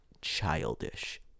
childish